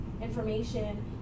information